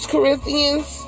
Corinthians